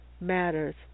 matters